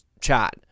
chat